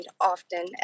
often